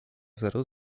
zero